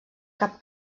cap